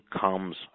comes